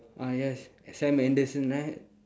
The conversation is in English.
ah yes sam anderson right